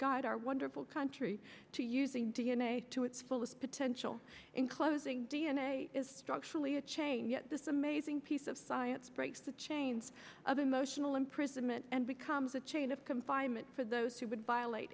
guide our wonderful country to using d n a to its fullest potential inclosing d n a is structurally a chain yet this amazing piece of science breaks the chains of emotional imprisonment and becomes a chain of confinement for those who would violate